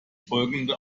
folgende